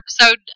episode